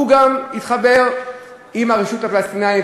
הוא גם התחבר עם הרשות הפלסטינית,